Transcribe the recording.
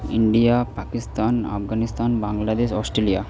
India Pakistan Afghanistan Bangladesh Australia